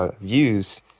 views